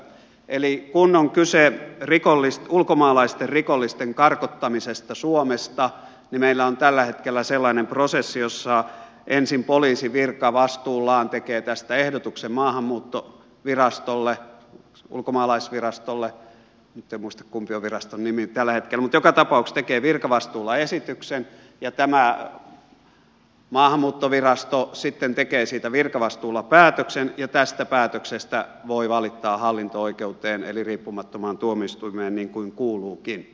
eli kun on kyse ulkomaalaisten rikollisten karkottamisesta suomesta niin meillä on tällä hetkellä sellainen prosessi jossa ensin poliisi virkavastuullaan tekee tästä ehdotuksen maahanmuuttovirastolle ulkomaalaisvirastolle nyt en muista kumpi on viraston nimi tällä hetkellä ja tämä maahanmuuttovirasto sitten tekee siitä virkavastuulla päätöksen ja tästä päätöksestä voi valittaa hallinto oikeuteen eli riippumattomaan tuomioistuimeen niin kuin kuuluukin